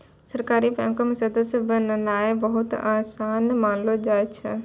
सहकारी बैंको के सदस्य बननाय बहुते असान मानलो जाय छै